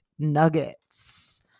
nuggets